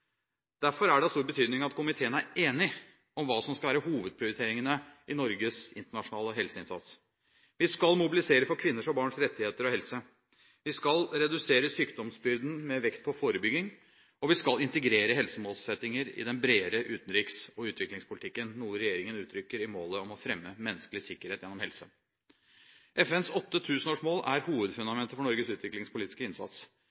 Derfor er det av stor betydning at komiteen er enig om hva som skal være hovedprioriteringene i Norges internasjonale helseinnsats: Vi skal mobilisere for kvinners og barns rettigheter og helse vi skal redusere sykdomsbyrden med vekt på forebygging og vi skal integrere helsemålsettinger i den bredere utenriks- og utviklingspolitikken, noe regjeringen uttrykker i målet om å fremme menneskelig sikkerhet gjennom helse. FNs åtte tusenårsmål er hovedfundamentet for Norges utviklingspolitiske innsats,